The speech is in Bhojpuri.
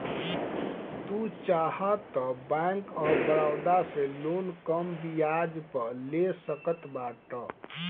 तू चाहअ तअ बैंक ऑफ़ बड़ोदा से लोन कम बियाज पअ ले सकत बाटअ